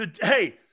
Hey